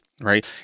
right